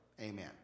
Amen